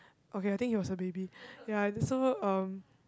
okay I think he was a baby ya so um